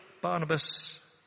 Barnabas